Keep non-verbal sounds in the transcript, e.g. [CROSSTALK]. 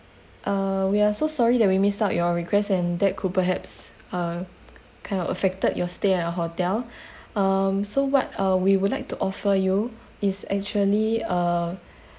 uh we are so sorry that we missed out your request and that could perhaps uh kind of affected your stay at our hotel [BREATH] um so what uh we would like to offer you is actually uh